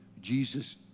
Jesus